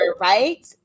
right